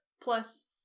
plus